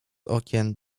okien